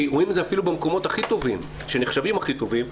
כי רואים את זה אפילו במקומות שנחשבים הכי טובים,